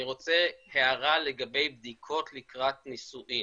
אני רוצה הערה לגבי בדיקות לקראת נישואין.